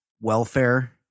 welfare